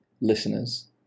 listeners